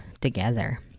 together